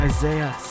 Isaiah